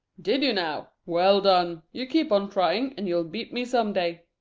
did you now? well done! you keep on trying, and you'll beat me some day.